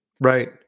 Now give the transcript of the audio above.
right